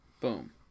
Boom